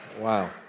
Wow